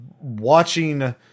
watching